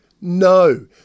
no